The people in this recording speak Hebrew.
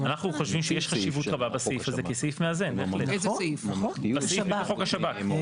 אנחנו חושבים שיש חשיבות רבה בסעיף הזה כסעיף מאזן בסעיף לחוק השב"כ.